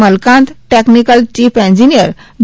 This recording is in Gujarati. મલકાંત ટેકનિકલ ચીફ એન્જિનિયર જે